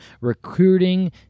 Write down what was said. recruiting